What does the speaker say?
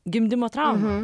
gimdymo trauma